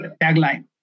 tagline